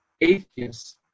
atheists